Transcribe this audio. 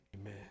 Amen